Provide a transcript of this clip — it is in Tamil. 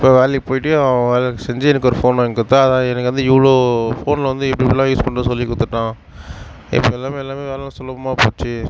இப்போ வேலைக்கு போயிட்டு அவன் வேலை செஞ்சு எனக்கு ஒரு ஃபோன் வாங்கிக் கொடுத்தான் அதுதான் எனக்கு வந்து இவ்வளோ ஃபோனில் வந்து எப்படி எப்படியெல்லாம் யூஸ் பண்ணுறது சொல்லிக் கொடுத்துட்டான் இப்போ எல்லாமே எல்லாமே வேலையெல்லாம் சுலபமாக போச்சு